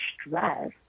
stress